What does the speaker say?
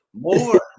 more